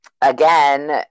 again